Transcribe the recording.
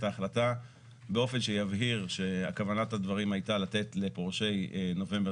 ההחלטה באופן שיבהיר שכוונת הדברים הייתה לתת לפורשי נובמבר